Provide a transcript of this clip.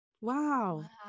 wow